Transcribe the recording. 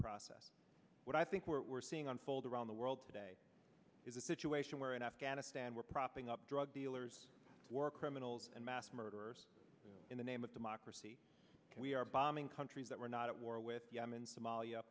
process but i think what we're seeing unfold around the world today is a situation where in afghanistan we're propping up drug dealers war criminals and mass murderers in the name of democracy and we are bombing countries that we're not at war with yemen somalia